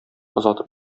озатып